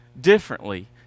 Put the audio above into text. differently